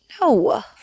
No